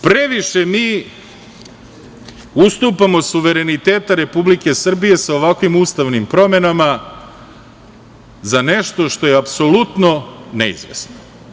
Previše mi ustupamo suverenitet Republike Srbije sa ovakvim ustavnim promenama za nešto što je apsolutno neizvesno.